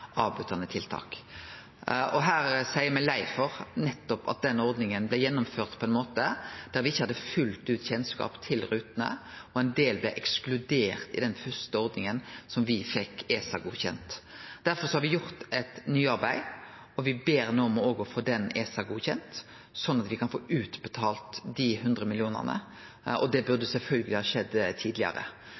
Her seier eg meg lei for at den ordninga blei gjennomført på ein måte der me ikkje fullt ut hadde kjennskap til rutene, og ein del blei ekskluderte i den første ordninga som me fekk ESA-godkjent. Derfor har me gjort eit nytt arbeid, og me ber no om òg å få det ESA-godkjent, sånn at me kan få utbetalt dei 100 mill. kr. Det burde sjølvsagt ha skjedd tidlegare,